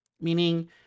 meaning